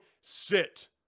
sit